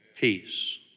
Peace